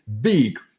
big